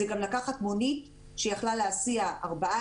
זה גם לקחת מונית שיכלה להסיע ארבעה